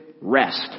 rest